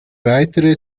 weitere